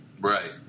Right